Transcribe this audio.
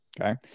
Okay